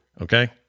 okay